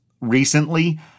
recently